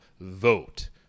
vote